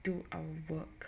do our work